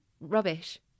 rubbish